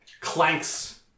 clanks